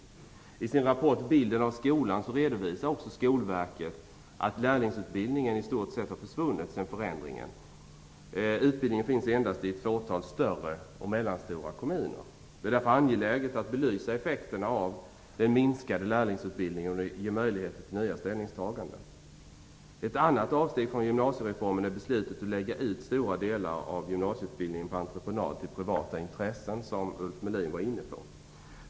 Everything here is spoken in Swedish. I sin rapport "Bilden av skolan" redovisar också Skolverket att lärlingsutbildningen i stort sett försvunnit efter förändringen. Utbildningen finns endast i ett fåtal större och mellanstora kommuner. Det är därför angeläget att belysa effekterna av den minskade lärlingsutbildningen och ge möjlighet till nya ställningstaganden. Ett annat avsteg från gymnasiereformen är beslutet att lägga ut stora delar av gymnasieutbildningen på entreprenad - privata intressen - som Ulf Melin var inne på.